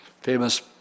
Famous